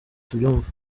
tubyumva